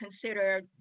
consider